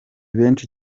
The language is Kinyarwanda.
benshi